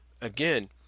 Again